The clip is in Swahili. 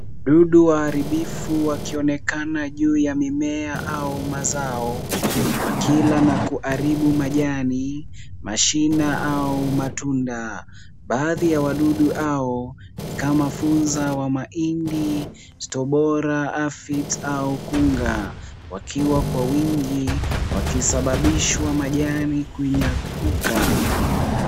Dudu waharibifu wakionekana juu ya mimea au mazao wakila na kuharibu majani, mashina, au matunda. Baadhi ya wadudu hao ni kama funza wa mahindi, store-borer, aphids , au kunga wakiwa kwa wingi wakisababisha majani kunyauka.